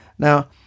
Now